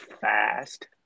fast